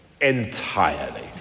entirely